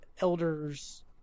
elders